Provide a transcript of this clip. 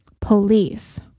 Police